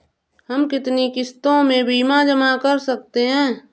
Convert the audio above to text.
हम कितनी किश्तों में बीमा जमा कर सकते हैं?